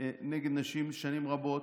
נגד נשים שנים רבות.